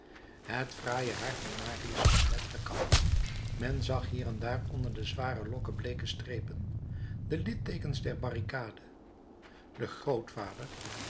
het fraaie haar van marius was net gekapt men zag hier en daar onder de zware lokken bleeke strepen de litteekens der barricade de grootvader